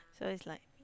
so it's like